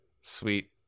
sweet